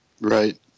Right